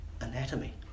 anatomy